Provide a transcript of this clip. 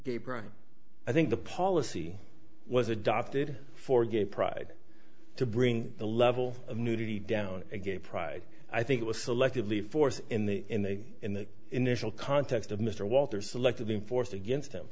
gay pride i think the policy was adopted for gay pride to bring the level of nudity down a gay pride i think it was selectively force in the in the in the initial context of mr walters selectively enforced against